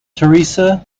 teresa